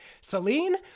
Celine